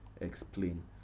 explain